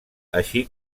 així